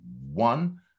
one